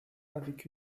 avec